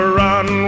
run